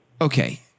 Okay